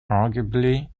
arguably